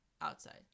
outside